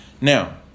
Now